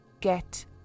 Get